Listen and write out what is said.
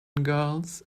girls